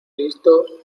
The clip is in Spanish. listo